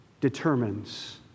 determines